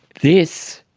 this,